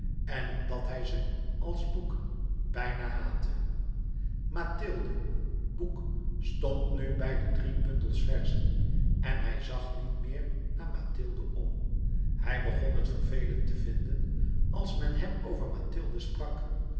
en omdat hij ze als boek bijna haatte mathilde boek stond nu bij de drie bundels verzen en hij zag niet meer naar mathilde om hij begon het vervelend te vinden als men hem over mathilde sprak